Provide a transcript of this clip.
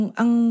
ang